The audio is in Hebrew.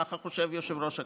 ככה חושב יושב-ראש הכנסת.